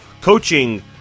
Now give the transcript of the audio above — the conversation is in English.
coaching